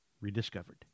rediscovered